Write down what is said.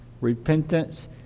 repentance